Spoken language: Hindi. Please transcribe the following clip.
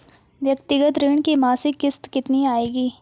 व्यक्तिगत ऋण की मासिक किश्त कितनी आएगी?